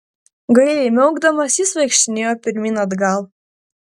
gailiai miaukdamas jis vaikštinėjo pirmyn atgal